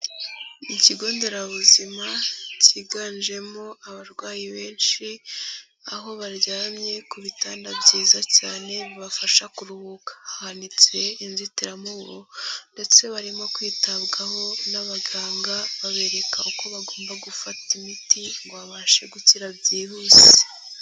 Ikigo nderabuzima cyiganjemo abarwayi benshi aho baryamye ku bitanda byiza cyane bibafasha kuruhuka hanitse inzitiramubu ndetse barimo kwitabwaho n'abaganga babereka uko bagomba gufata imiti ngo babashe gukira byihuse.